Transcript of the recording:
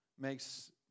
makes